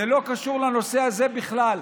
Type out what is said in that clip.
זה לא קשור לנושא הזה בכלל.